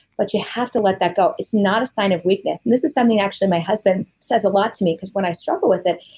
but you have to let that go it's not a sign of weakness. and this is something actually my husband says a lot to me because when i struggle with it,